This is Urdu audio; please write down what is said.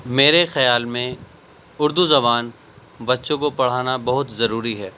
میرے خیال میں اردو زبان بچوں کو پڑھانا بہت ضروری ہے